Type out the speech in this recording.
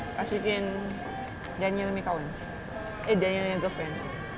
ashikin daniel punya kawan eh daniel punya girl friend